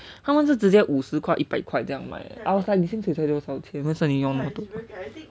他们是直接五十块一百块这样买 I was like 你薪水才多少钱为什么你要买那么多